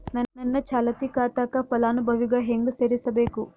ನನ್ನ ಚಾಲತಿ ಖಾತಾಕ ಫಲಾನುಭವಿಗ ಹೆಂಗ್ ಸೇರಸಬೇಕು?